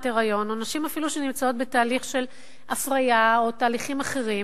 היריון או אפילו נשים שנמצאות בתהליך של הפריה או תהליכים אחרים,